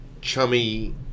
chummy